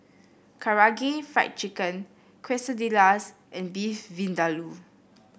Karaage Fried Chicken Quesadillas and Beef Vindaloo